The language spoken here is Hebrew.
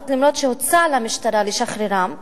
למרות שהוצע למשטרה לשחררם בתנאים,